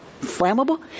flammable